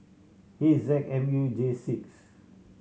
H Z M U J six